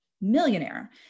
millionaire